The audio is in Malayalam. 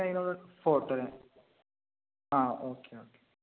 ഫോട്ടോയോ ആ ഓക്കെ ഓക്കെ